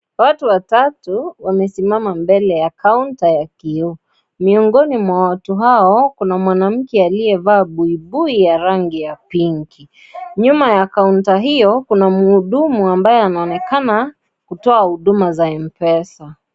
Watu watatu wamesimama mbele ya counter ya kioo, miongoni mwa watu hao kuna mwanamke aliyevaa buibui ya rangi ya pink, nyuma ya counter hiyo kuna mhudumu ambaye anaonekana kutoa huduma za Mpesa.